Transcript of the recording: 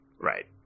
Right